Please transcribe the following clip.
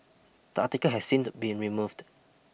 the article has since been removed